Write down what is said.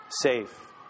safe